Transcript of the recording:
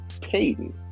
Payton